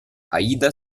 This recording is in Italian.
aida